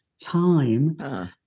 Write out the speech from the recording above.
time